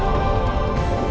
oh